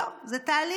לא, זה תהליך.